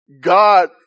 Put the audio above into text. God